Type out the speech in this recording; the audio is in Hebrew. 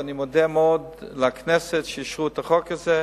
ואני מודה מאוד לכנסת שאישרה את החוק הזה.